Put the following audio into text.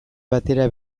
batera